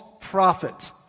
prophet